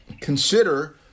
consider